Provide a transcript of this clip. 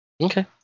Okay